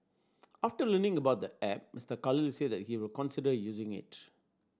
after learning about the app Mister Khalid said that he will consider using it